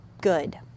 good